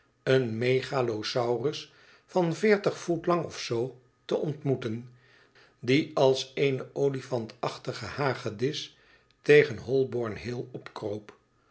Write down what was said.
een megalosaurus van veertig voet lang of zoo te ontmoeten die als eene olifantachtige hagedis tegen holborn-hill opkroop